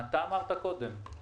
אתה אמרת קודם.